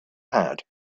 had